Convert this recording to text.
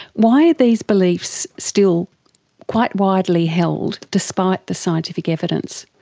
why are these beliefs still quite widely held despite the scientific evidence?